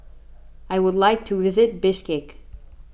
I would like to visit Bishkek